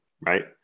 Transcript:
right